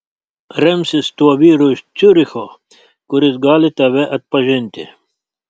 remsis tuo vyru iš ciuricho kuris gali tave atpažinti